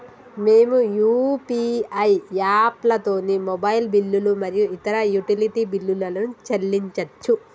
మేము యూ.పీ.ఐ యాప్లతోని మొబైల్ బిల్లులు మరియు ఇతర యుటిలిటీ బిల్లులను చెల్లించచ్చు